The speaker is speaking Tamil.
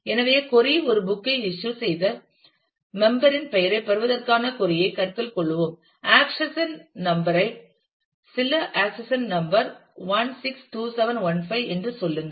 எனவே கொறி ஒரு புக் ஐ இஸ்யூ செய்த மெம்பர் ரின் பெயரைப் பெறுவதற்கான கொறி ஐ கருத்தில் கொள்வோம் ஆக்சஷன் நம்பர் சில ஆக்சஷன் நம்பர் 162715 என்று சொல்லுங்கள்